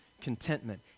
contentment